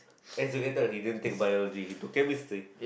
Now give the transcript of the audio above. as you can tell he didn't take Biology he took chemistry